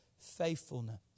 Faithfulness